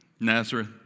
Nazareth